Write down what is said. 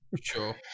Sure